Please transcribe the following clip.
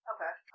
Okay